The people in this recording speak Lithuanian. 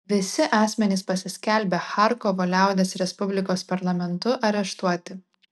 visi asmenys pasiskelbę charkovo liaudies respublikos parlamentu areštuoti